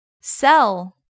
Sell